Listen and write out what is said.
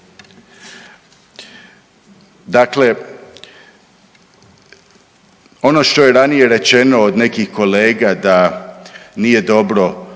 Dakle, ono što je ranije rečeno od nekih kolega da nije dobro